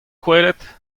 kwelet